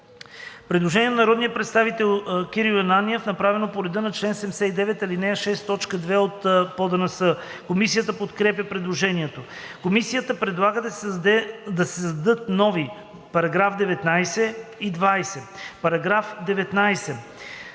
Предложение на народния представител Кирил Ананиев, направено по реда на чл. 79, ал. 6, т. 2 от ПОДНС. Комисията подкрепя предложението. Комисията предлага да се създадат нови § 19 и 20: „§ 19.